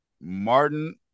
Martin